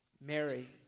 Mary